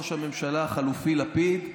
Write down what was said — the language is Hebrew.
ראש הממשלה החליפי לפיד,